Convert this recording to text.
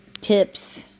tips